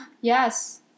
Yes